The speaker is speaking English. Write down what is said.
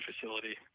facility